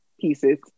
pieces